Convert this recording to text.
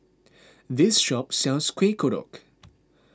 this shop sells Kuih Kodok